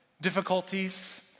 difficulties